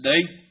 today